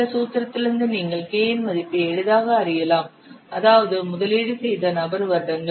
இந்த சூத்திரத்திலிருந்து நீங்கள் K இன் மதிப்பை எளிதாக அறியலாம் அதாவது முதலீடு செய்த நபர் வருடங்கள்